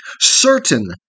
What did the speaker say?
certain